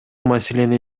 маселени